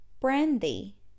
brandy